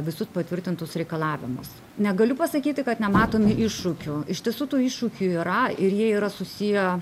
visus patvirtintus reikalavimus negaliu pasakyti kad nematome iššūkių iš tiesų tų iššūkių yra ir jie yra susiję